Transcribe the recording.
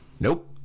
nope